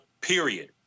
period